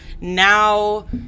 now